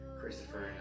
Christopher